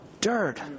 dirt